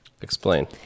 Explain